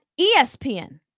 ESPN